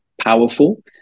powerful